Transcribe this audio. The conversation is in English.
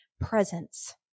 presence